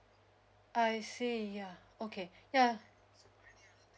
I see yeah okay yeah